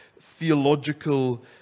theological